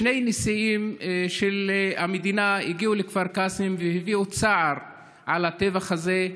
שני נשיאים של המדינה הגיעו לכפר קאסם והביעו צער על הטבח הזה,